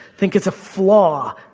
think it's a flaw.